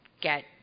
get